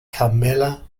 carmela